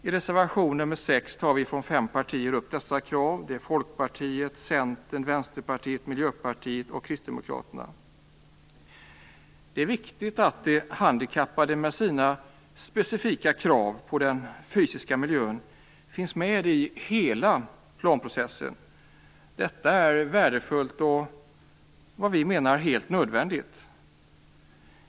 I reservation nr 6 tar vi från fem partier - folkpartiet, centern, vänsterpartiet, miljöpartiet och kristdemokraterna - upp detta krav. Det är viktigt att de handikappade med sina specifika krav på den fysiska miljön finns med i hela planprocessen. Det är värdefullt och helt nödvändigt.